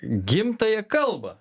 gimtąją kalbą